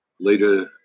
later